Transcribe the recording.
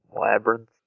labyrinth